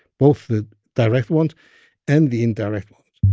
both the direct ones and the indirect ones